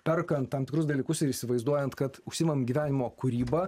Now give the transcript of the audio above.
perkant tam tikrus dalykus ir įsivaizduojant kad užsiimam gyvenimo kūryba